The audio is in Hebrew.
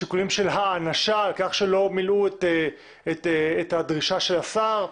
שיקולים של הענשה על כך שלא מילואו את הדרישה של השר?